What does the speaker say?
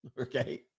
Okay